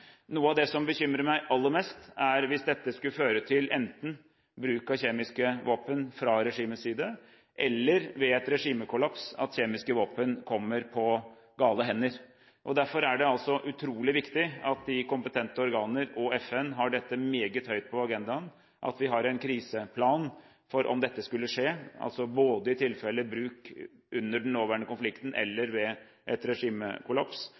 Noe av det som bekymrer meg aller mest, er hvis dette skulle føre til enten bruk av kjemiske våpen fra regimets side eller ved en regimekollaps at kjemiske våpen kommer på gale hender. Derfor er det utrolig viktig at de kompetente organer og FN har dette meget høyt på agendaen, at vi har en kriseplan for om dette skulle skje, altså enten i tilfelle bruk under den nåværende konflikten eller ved en regimekollaps.